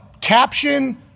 caption